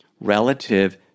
relative